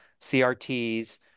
CRTs